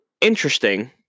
Interesting